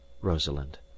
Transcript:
rosalind